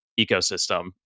ecosystem